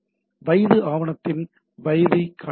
வயது ஆவணத்தின் வயது காட்டுகிறது